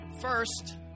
First